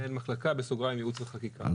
מנהל מחלקה, בסוגריים ייעוץ וחקיקה.